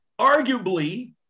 arguably